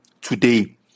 today